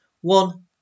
one